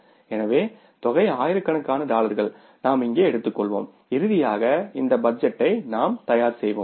எனவே தொகை ஆயிரக்கணக்கான டாலர்கள் நாம் இங்கே எடுத்துக்கொள்வோம் இறுதியாக இந்த பட்ஜெட்டை நாம் தயார் செய்வோம்